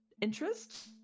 interest